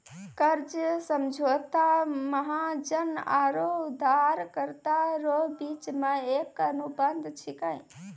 कर्जा समझौता महाजन आरो उदारकरता रो बिच मे एक अनुबंध छिकै